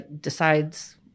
decides